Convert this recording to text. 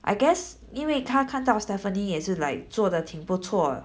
I guess 因为她看到 stephanie 也是 like 做得挺不错